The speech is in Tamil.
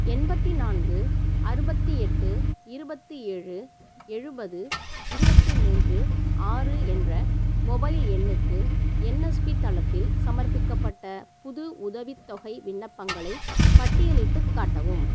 எண்பத்து நான்கு அறுபத்தி எட்டு இருபத்தி ஏழு எழுபது இருபத்தி மூன்று ஆறு என்ற மொபைல் எண்ணுக்கு என்எஸ்பி தளத்தில் சமர்ப்பிக்கப்பட்ட புது உதவித்தொகை விண்ணப்பங்களைப் பட்டியலிட்டுக் காட்டவும்